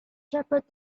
shepherd